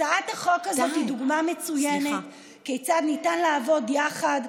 הצעת החוק הזאת היא דוגמה מצוינת כיצד ניתן לעבוד יחד,